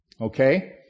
okay